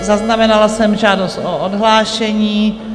Zaznamenala jsem žádost o odhlášení.